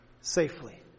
safely